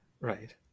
right